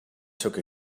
took